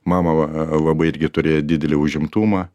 mama va labai irgi turėjo didelį užimtumą